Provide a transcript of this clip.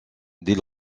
des